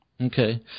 Okay